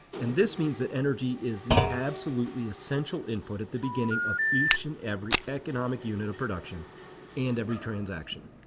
and this means that energy is the absolutely essential input at the beginning of each and every economic unit of production and every transaction.